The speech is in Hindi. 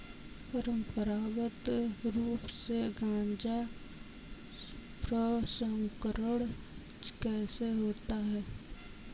परंपरागत रूप से गाजा प्रसंस्करण कैसे होता है?